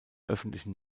öffentlichen